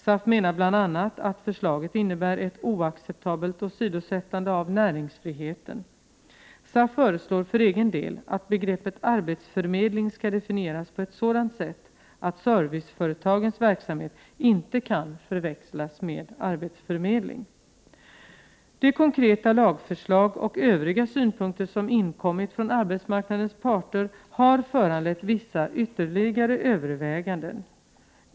SAF menar bl.a. att förslaget innebär ett oacceptabelt åsidosättande av näringsfriheten. SAF föreslår för egen del att begreppet arbetsförmedling skall definieras på ett sådant sätt att serviceföretagens verksamhet inte kan förväxlas med arbetsförmedling. De konkreta lagförslag och övriga synpunkter som inkommit från arbetsmarknadens parter har föranlett vissa ytterligare överväganden.